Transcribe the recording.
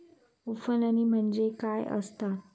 उफणणी म्हणजे काय असतां?